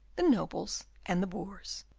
the nobles and the boors.